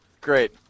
Great